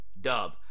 Dub